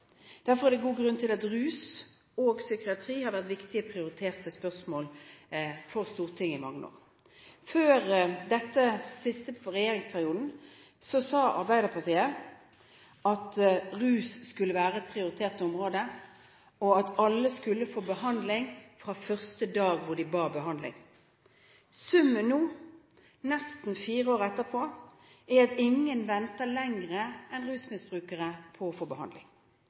Derfor er det gode grunner til at rus og psykiatri har vært viktige, prioriterte spørsmål for Stortinget i mange år. Før siste regjeringsperiode sa Arbeiderpartiet at rus skulle være et prioritert område, og at alle skulle få behandling fra den dagen de ba om behandling. Summen nå, nesten fire år etterpå, er at ingen venter lenger enn rusmisbrukere på å få behandling